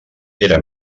era